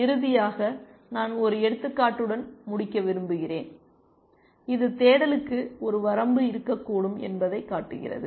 இறுதியாக நான் ஒரு எடுத்துக்காட்டுடன் முடிக்க விரும்புகிறேன் இது தேடலுக்கு ஒரு வரம்பு இருக்கக்கூடும் என்பதைக் காட்டுகிறது